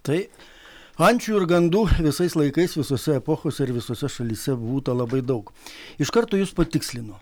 tai ančių ir gandų visais laikais visose epochose ir visose šalyse būta labai daug iš karto jus patikslinu